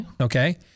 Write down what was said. Okay